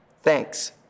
Thanks